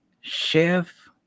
Chef